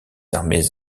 armées